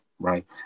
Right